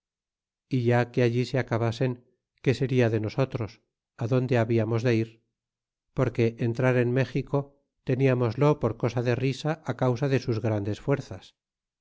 ya que allí se acabasen qué seria de nosotros adónde hablamos de ir porque entrar en méxico teniamoslo por cosa de risa á causa de sus grandes fuerzas